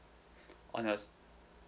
on yours